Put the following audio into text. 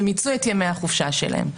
ומיצו את ימי החופשה שלהם.